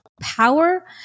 power